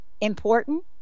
important